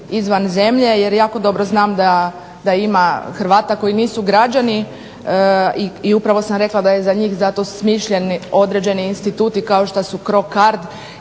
izvan zemlje jer jako dobro znam da ima Hrvata koji nisu građani i upravo sam rekla da je za njih zato smišljen određeni instituti kao što su CRO